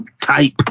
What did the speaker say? Type